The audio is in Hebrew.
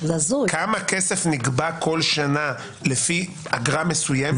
כמה כסף נגבה כל שנה לפי אגרה מסוימת.